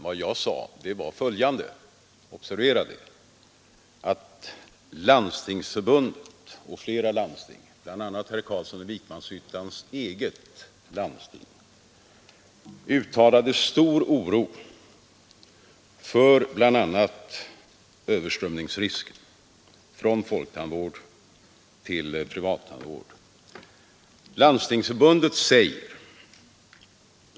Vad jag sade var — observera det — att Landstingsförbundet och flera landsting, däribland herr Carlssons i Vikmanshyttan eget landsting, uttalade stor oro för bl.a. riskerna för överströmning från folktandvård till privattandvård.